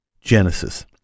Genesis